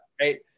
right